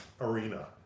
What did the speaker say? arena